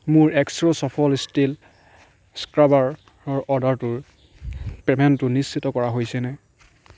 মোৰ Exo Safal steel স্ক্ৰাবাৰৰ অৰ্ডাৰটোৰ পে'মেণ্টটো নিশ্চিত কৰা হৈছেনে